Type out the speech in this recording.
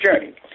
journey